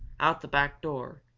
out the back door,